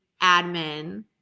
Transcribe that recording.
Admin